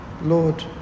Lord